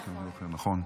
נכון.